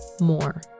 more